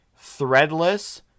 threadless